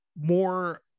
more